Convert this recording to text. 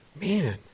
Man